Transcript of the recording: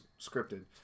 scripted